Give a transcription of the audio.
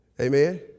Amen